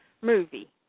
movie